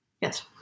yes